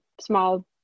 small